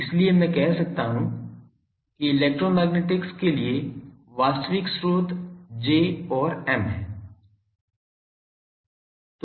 इसलिए मैं कह सकता हूं कि इलेक्ट्रोमैग्नेटिक्स के लिए वास्तविक स्रोत J और M हैं